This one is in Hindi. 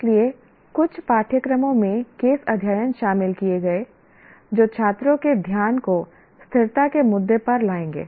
इसलिए कुछ पाठ्यक्रमों में केस अध्ययन शामिल किए गए जो छात्रों के ध्यान को स्थिरता के मुद्दे पर लाएंगे